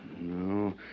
No